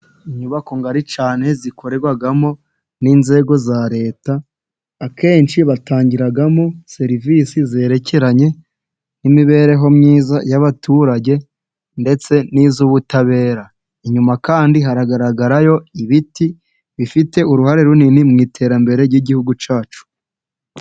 Inyubako ngari cyane zikorerwamo n'inzego za leta, akenshi batangiramo serivisi zerekeranye n'imibereho myiza y'abaturage, ndetse n'iz'ubutabera. Inyuma kandi haragaragarayo ibiti bifite uruhare runini mu iterambere ry'igihugu cyacu.